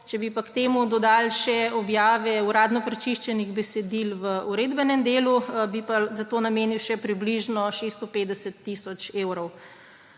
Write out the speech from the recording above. Če bi pa k temu dodali še objave uradno prečiščenih besedil v Uredbenem delu, bi pa za to namenil še približno 650 tisoč evrov.